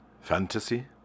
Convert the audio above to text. Fantasy